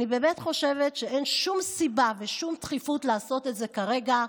אני באמת חושבת שאין שום סיבה ושום דחיפות לעשות את זה כרגע.